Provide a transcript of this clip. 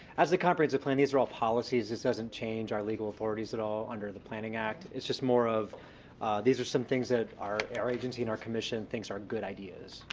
as the comprehensive plan these are all policies. this doesn't change our legal authorities at all under the planning act. it's just more of these are some things that our our agency and our commission thinks are good ideas,